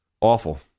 awful